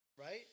right